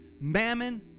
mammon